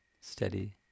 steady